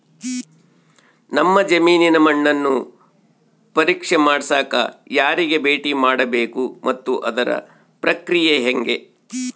ನಮ್ಮ ಜಮೇನಿನ ಮಣ್ಣನ್ನು ಪರೇಕ್ಷೆ ಮಾಡ್ಸಕ ಯಾರಿಗೆ ಭೇಟಿ ಮಾಡಬೇಕು ಮತ್ತು ಅದರ ಪ್ರಕ್ರಿಯೆ ಹೆಂಗೆ?